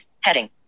Heading